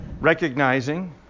recognizing